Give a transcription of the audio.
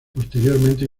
posteriormente